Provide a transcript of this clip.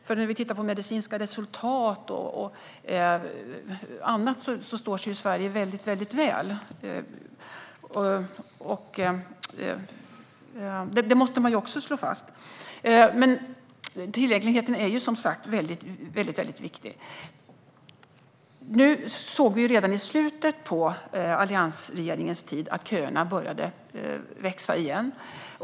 När vi tittar på medicinska resultat och annat står sig Sverige väldigt väl - det måste man slå fast. Men tillgängligheten är som sagt viktig. Vi såg redan i slutet av alliansregeringens tid att köerna åter började växa.